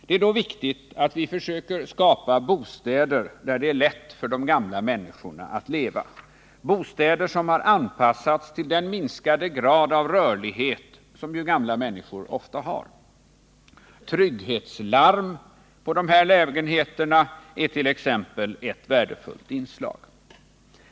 Det är då viktigt att vi försöker skapa bostäder där det är lätt för gamla människor att leva — bostäder som har anpassats till den minskade grad av rörlighet som ju gamla människor ofta har. Trygghetslarm i de här lägenheterna är t.ex. ett värdefullt inslag.